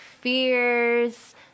fears